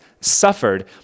suffered